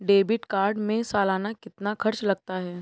Debit card में सालाना कितना खर्च लगता है?